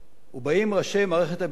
ובאים ראשי מערכת הביטחון,